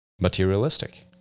materialistic